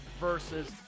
versus